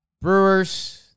Brewers